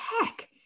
heck